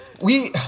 we-